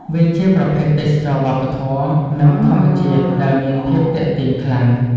វាជាប្រភេទទេសចរណ៍វប្បធម៌ និងធម្មជាតិដែលមានភាពទាក់ទាញខ្លាំង។